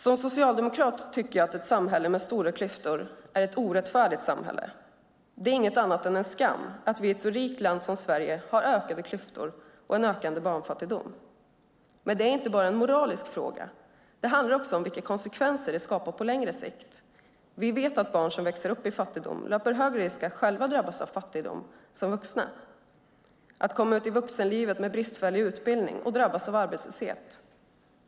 Som socialdemokrat tycker jag att ett samhälle med stora klyftor är ett orättfärdigt samhälle. Det är inget annat än en skam att vi i ett så rikt land som Sverige har ökade klyftor och en ökande barnfattigdom. Men det är inte bara en moralisk fråga, det handlar också om vilka konsekvenser det skapar på längre sikt. Vi vet att barn som växer upp i fattigdom löper större risk att själva drabbas av fattigdom som vuxna, att komma ut i vuxenlivet med bristfällig utbildning och drabbas av arbetslöshet.